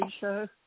show